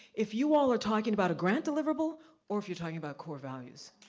if you all are talking about a grant deliverable or if you're talking about core values.